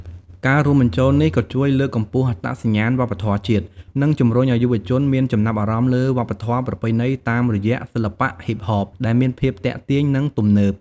ការរួមបញ្ចូលនេះក៏ជួយលើកកម្ពស់អត្តសញ្ញាណវប្បធម៌ជាតិ និងជំរុញឲ្យយុវជនមានចំណាប់អារម្មណ៍លើវប្បធម៌ប្រពៃណីតាមរយៈសិល្បៈហ៊ីបហប ដែលមានភាពទាក់ទាញ និងទំនើប។